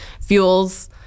fuels